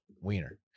Wiener